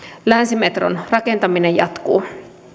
länsimetron rakentaminen jatkuu